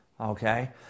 okay